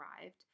arrived